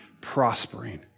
prospering